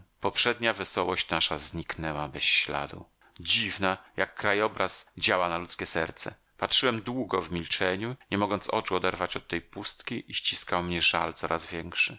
poprzednia wesołość nasza zniknęła bez śladu dziwna jak krajobraz działa na ludzkie serce patrzyłem długo w milczeniu nie mogąc oczu oderwać od tej pustki i ściskał mnie żal coraz większy